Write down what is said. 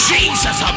Jesus